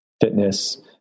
fitness